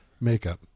makeup